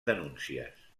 denúncies